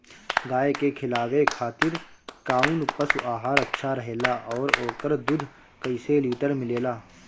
गाय के खिलावे खातिर काउन पशु आहार अच्छा रहेला और ओकर दुध कइसे लीटर मिलेला?